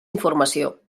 informació